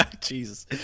Jesus